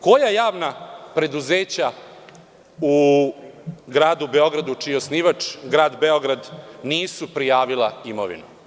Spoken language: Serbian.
Koja javna preduzeća u Gradu Beogradu, čiji je osnivač Grad Beograd nisu prijavila imovinu?